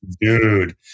Dude